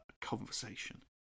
conversation